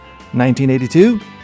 1982